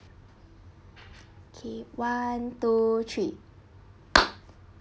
okay one two three